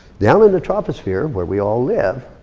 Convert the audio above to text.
down in the troposphere, where we all live,